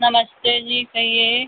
नमस्ते जी कहिए